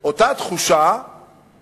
אותה הרגשה שכאילו